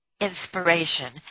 inspiration